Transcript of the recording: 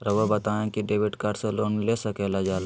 रहुआ बताइं कि डेबिट कार्ड से लोन ले सकल जाला?